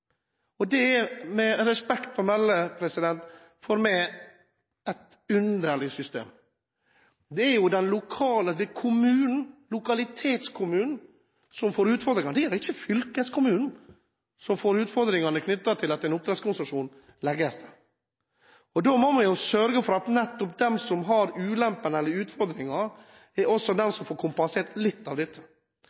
Det er – med respekt å melde – for meg et underlig system. Det er jo lokalitetskommunen som får utfordringene. Det er ikke fylkeskommunen som får utfordringene med at en oppdrettskonsesjon gis. Da må man sørge for at nettopp de som har ulempene eller utfordringene, også er de som får kompensert for litt av dette.